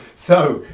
so,